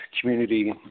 community